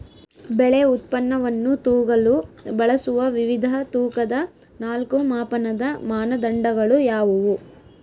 ಬೆಳೆ ಉತ್ಪನ್ನವನ್ನು ತೂಗಲು ಬಳಸುವ ವಿವಿಧ ತೂಕದ ನಾಲ್ಕು ಮಾಪನದ ಮಾನದಂಡಗಳು ಯಾವುವು?